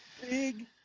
big